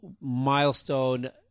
milestone